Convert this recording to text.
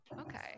okay